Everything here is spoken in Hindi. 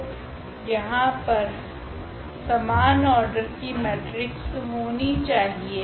तो यहाँ पर समान ऑर्डर की मेट्रिक्स होनी चाहिए